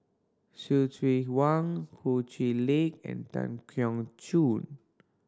Hsu Tse Wang Ho Chee Lick and Tan Keong Choo